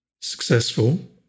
successful